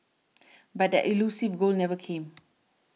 but that elusive goal never came